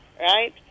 Right